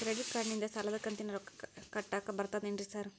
Credit ಕಾರ್ಡನಿಂದ ಸಾಲದ ಕಂತಿನ ರೊಕ್ಕಾ ಕಟ್ಟಾಕ್ ಬರ್ತಾದೇನ್ರಿ ಸಾರ್?